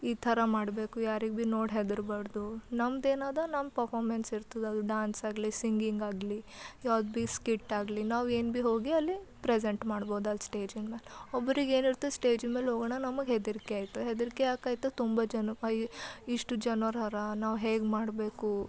ಈ ಥರ ಮಾಡಬೇಕು ಯಾರಿಗೆ ಭೀ ನೋಡಿ ಹೆದರಬಾಡ್ದು ನಮ್ದೇನಿದೆ ನಮ್ಮ ಪಫಾಮೆನ್ಸ್ ಇರ್ತದದು ಡ್ಯಾನ್ಸ್ ಆಗಲಿ ಸಿಂಗಿಂಗ್ ಆಗಲಿ ಯಾವ್ದು ಭೀ ಸ್ಕಿಟ್ ಆಗಲಿ ನಾವು ಏನು ಭೀ ಹೋಗಿ ಅಲ್ಲಿ ಪ್ರೆಸೆಂಟ್ ಮಾಡ್ಬೋದು ಅಲ್ಲಿ ಸ್ಟೇಜಿನ ಮೇಲೆ ಒಬ್ರಿಗೆ ಏನು ಇರ್ತದೆ ಸ್ಟೇಜಿನ ಮೇಲೆ ಹೋಗೋಣ ನಮಗೆ ಹೆದರಿಕೆ ಆಯ್ತು ಹೆದರಿಕೆ ಯಾಕೆ ಐತೆ ತುಂಬ ಜನ ಅಯ್ತ ಇಷ್ಟು ಜನರು ಹರ ನಾವು ಹೇಗೆ ಮಾಡಬೇಕು